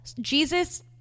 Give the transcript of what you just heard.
Jesus